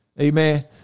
Amen